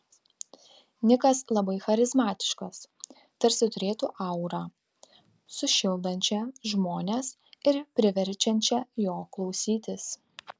nikas labai charizmatiškas tarsi turėtų aurą sušildančią žmones ir priverčiančią jo klausytis